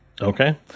Okay